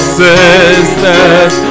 sisters